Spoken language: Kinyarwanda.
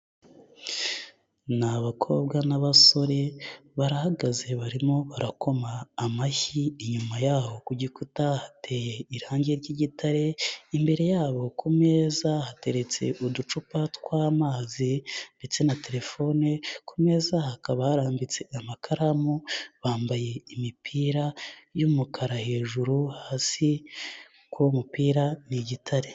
Ni abakobwa n'abasore, barahagaze barimo barakoma amashyi inyuma y'aho ku gikuta hateye irangi ry'igitare, imbere yabo ku meza hateretse uducupa tw'amazi ndetse na telefone, ku meza hakaba harambitse amakaramu, bambaye imipira y'umukara hejuru hasi ku y'umupira ni igitare.